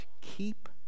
keep